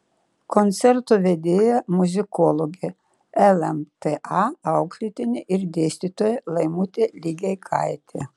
koncerto vedėja muzikologė lmta auklėtinė ir dėstytoja laimutė ligeikaitė